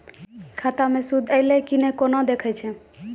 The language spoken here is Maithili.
खाता मे सूद एलय की ने कोना देखय छै?